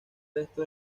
resto